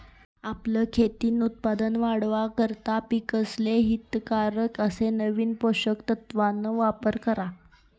आपलं खेतीन उत्पन वाढावा करता पिकेसले हितकारक अस नवीन पोषक तत्वन वापर करा